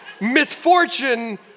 misfortune